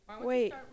Wait